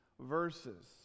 verses